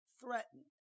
threatened